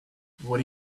what